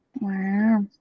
Wow